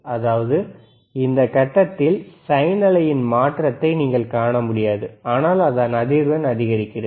அதாவது இந்த கட்டத்தில் சைன் அலையின் மாற்றத்தை நீங்கள் காண முடியாது ஆனால் அதன் அதிர்வெண் அதிகரிக்கிறது